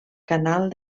canal